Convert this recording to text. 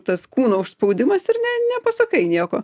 tas kūno užspaudimas ir ne nepasakai nieko